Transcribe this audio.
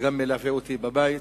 שגם מלווה אותי בבית,